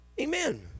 Amen